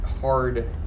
hard